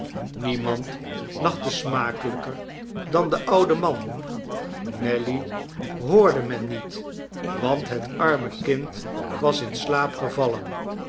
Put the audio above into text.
niemand lachte smakelijker dan de oude man nelly hoorde men niet want het arme kind was in slaap gevallen